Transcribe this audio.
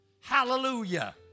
Hallelujah